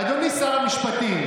אדוני שר המשפטים,